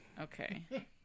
Okay